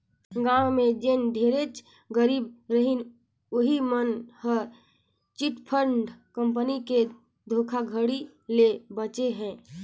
गाँव में जेन ढेरेच गरीब रहिस उहीं मन हर चिटफंड कंपनी के धोखाघड़ी ले बाचे हे